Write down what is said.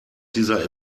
dieser